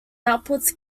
outputs